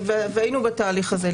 והיינו בתהליך הזה,